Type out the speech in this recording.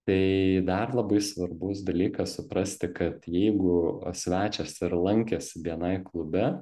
tai dar labai svarbus dalykas suprasti kad jeigu svečias ir lankėsi bni klube